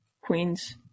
Queen's